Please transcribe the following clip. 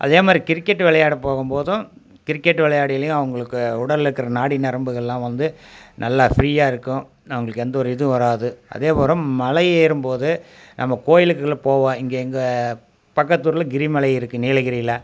அதே மாதிரி கிரிக்கெட் விளையாட போகும்போதும் கிரிக்கெட் விளையாடிலியும் அவங்களுக்கு உடலிருக்குற நாடி நரம்பு எல்லாம் வந்து நல்லா ஃப்ரீயாக இருக்கும் அவங்களுக்கு எந்த ஒரு இதுவும் வராது அதேபோல் மலையேறும்போது நம்ம கோயிலுக்குள்ளே போவோம் இங்கே எங்கள் பக்கத்து ஊரில் கிரிமலை இருக்குது நீலகிரியில்